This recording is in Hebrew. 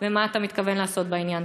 ומה אתה מתכוון לעשות בעניין.